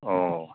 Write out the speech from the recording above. ꯑꯣ